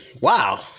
Wow